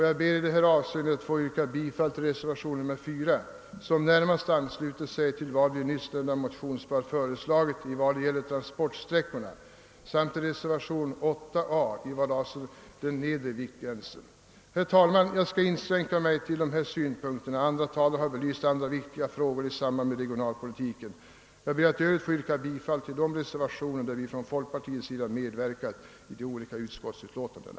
Jag ber därför att få yrka bifall till reservationen 4, som närmast ansluter sig till vad vi i nämnda motionspar har föreslagit beträffande transportsträckorna, samt till reservation 8 a som avser den nedre viktgränsen. Herr talman! Jag skall inskränka mig till dessa synpunkter. Andra talare har belyst andra viktiga frågor i samband med regionalpolitiken. I övrigt ber jag att få yrka bifall till de reservationer i vilka vi från folkpartiets sida har medverkat i de olika utskottsutlåtandena.